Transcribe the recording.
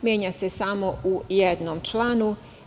Menja se samo u jednom članu.